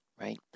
right